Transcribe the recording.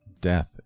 death